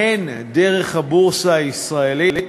הן דרך הבורסה הישראלית